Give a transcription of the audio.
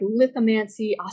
lithomancy